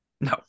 No